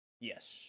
Yes